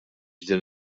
din